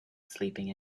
sleeping